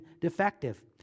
defective